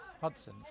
Hudson